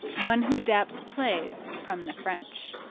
one who adapts plays from the french.